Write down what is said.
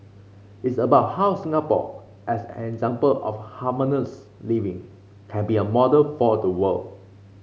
it's about how Singapore as an example of harmonious living can be a model for the world